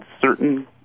Certain